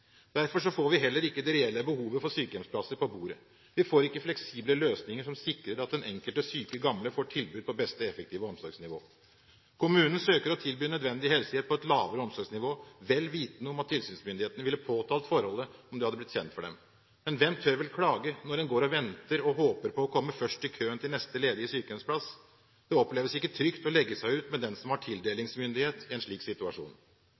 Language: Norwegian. Derfor får vi heller ikke det reelle behovet for sykehjemsplasser på bordet. Vi får ikke fleksible løsninger som sikrer at den enkelte syke, gamle får tilbud på beste effektive omsorgsnivå. Kommunen søker å tilby nødvendig helsehjelp på et lavere omsorgsnivå, vel vitende om at tilsynsmyndighetene ville påtalt forholdet om det hadde blitt kjent for dem. Men hvem tør vel klage når en går og venter og håper på å komme først i køen til neste ledige sykehjemsplass? Det oppleves ikke trygt å legge seg ut med den som har tildelingsmyndighet i en slik situasjon.